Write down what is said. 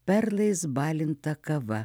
perlais balinta kava